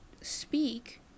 speak